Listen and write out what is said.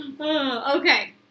Okay